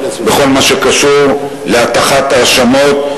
בכל מה שקשור להטחת האשמות.